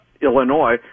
Illinois